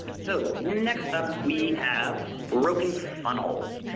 so next up we have broken funnels.